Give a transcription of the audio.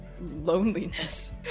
loneliness